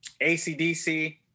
ACDC